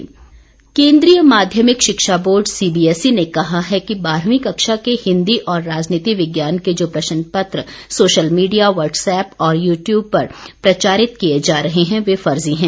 CBSE केन्द्रीय माध्यमिक शिक्षा बोर्ड सीबीएसई ने कहा है कि बारहवीं कक्षा के हिन्दी और राजनीति विज्ञान के जो पश्न पत्र सोशल मीडिया व्हाट्सएप और यू ट्यूब पर प्रचारित किए जा रहे हैं वे फर्जी हैं